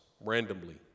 randomly